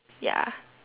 ya